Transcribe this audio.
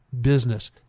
business